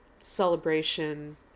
celebration